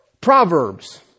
Proverbs